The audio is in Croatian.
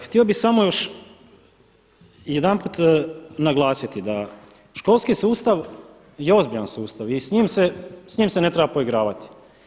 Htio bih samo još jedanput naglasiti da školski sustav je ozbiljan sustav i s njim se ne treba poigravati.